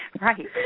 Right